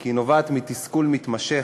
כי היא נובעת מתסכול מתמשך,